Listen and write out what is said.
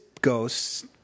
ghosts